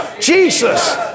Jesus